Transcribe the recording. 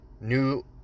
new